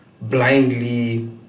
blindly